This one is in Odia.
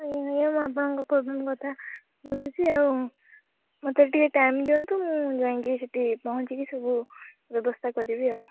ଆଜ୍ଞା ଆଜ୍ଞା ମୁଁ ଆପଣଙ୍କ ପୋବ୍ଲେମ୍ କଥା ବୁଝୁଛି ଆଉ ମୋତେ ଟିକେ ଟାଇମ୍ ଦିଅନ୍ତୁ ମୁଁ ଯାଇକି ସେଠି ପହଞ୍ଚିକି ସବୁ ବ୍ୟବସ୍ଥା କରିବି ଆଉ